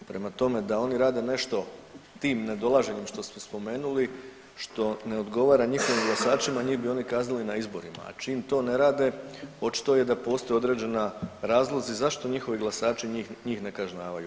Prema tome, da oni rade nešto tim nedolaženjem što ste spomenuli što ne odgovara njihovim glasačima njih bi oni kaznili na izborima, a čim to ne rade očito je da postoji određena razlozi zašto njihovi glasači njih, njih ne kažnjavaju.